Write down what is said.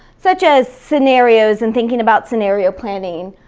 such as scenarios and thinking about scenario planning,